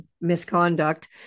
misconduct